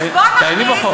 תעייני בחוק.